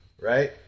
right